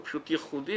הוא פשוט ייחודי,